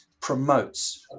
promotes